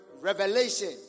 revelation